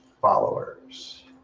followers